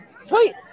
sweet